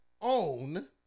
own